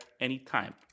anytime